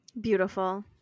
beautiful